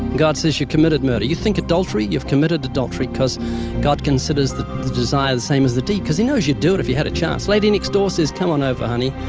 god says you've committed murder. you think adultery, you've committed adultery, cause god considers the desire the same as the deed cause he knows you'd do it if you had a chance. lady next door says, come on over, honey,